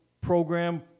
program